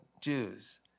Jews